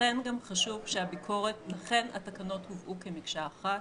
ולכן גם חשוב שהביקורת לכן התקנות הובאו כמקשה אחת.